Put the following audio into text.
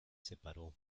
separó